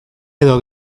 edo